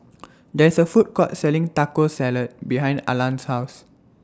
There IS A Food Court Selling Taco Salad behind Arlan's House